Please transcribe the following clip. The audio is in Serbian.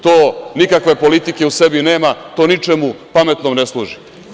To nikakve politike u sebi nema, to ničemu pametnom ne služi.